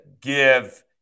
give